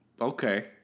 Okay